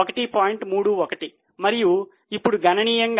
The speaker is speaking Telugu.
31 మరియు ఇప్పుడు గణనీయంగా 0